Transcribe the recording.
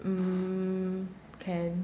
um can